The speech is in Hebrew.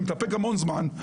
מתאפק המון זמן,